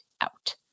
out